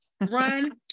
run